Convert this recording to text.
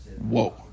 Whoa